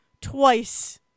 twice